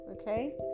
okay